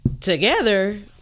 together